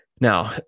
Now